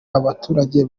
abaturage